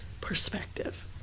Perspective